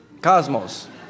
Cosmos